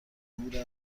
دور